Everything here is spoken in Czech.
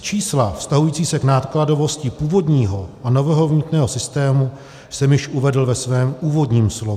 Čísla vztahující se k nákladovosti původního a nového mýtného systému jsem již uvedl ve svém úvodním slovu.